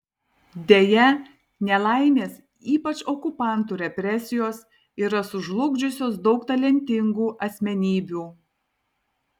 deja nelaimės ypač okupantų represijos yra sužlugdžiusios daug talentingų asmenybių